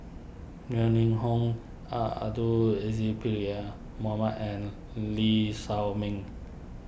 Yeo Ning Hong Abdul Aziz and Lee Shao Meng